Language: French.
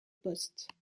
postes